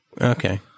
Okay